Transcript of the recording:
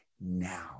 now